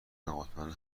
نامطمئن